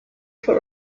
for